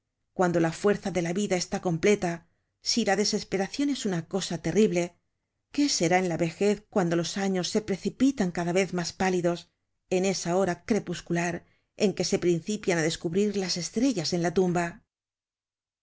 cuando la fuerza de la vida está completa si la desesperacion es una cosa terrible qué será en la vejez cuando los años se precipitan cada vez mas pálidos en esa hora crepuscular en que se principian á descubrir las estrellas de la tumba